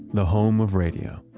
the home of radio.